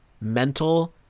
mental